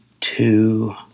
two